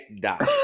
die